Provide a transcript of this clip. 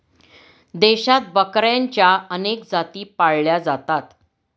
देशात बकऱ्यांच्या अनेक जाती पाळल्या जातात